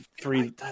three